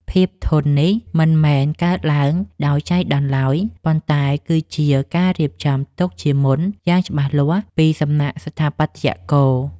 ភាពធន់នេះមិនមែនកើតឡើងដោយចៃដន្យឡើយ ប៉ុន្តែគឺជាការរៀបចំទុកជាមុនយ៉ាងច្បាស់លាស់ពីសំណាក់ស្ថាបត្យករ។